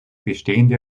bestehende